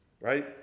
right